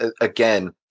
again